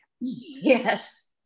Yes